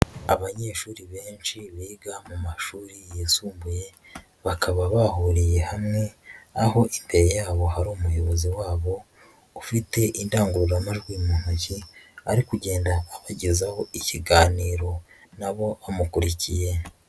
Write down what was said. Abanyeshuri benshi biga mu mashuri yisumbuye bakaba bahuriye hamwe, imbere yabo hari umuyobozi wabo ufite indangururamijwi mu ntoki ari kugenda abagezaho ikiganiro n'abo bamukurikiye.